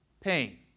pain